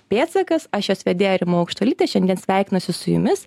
pėdsakas aš jos vedėja rima aukštuolytė šiandien sveikinuosi su jumis